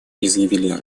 изъявили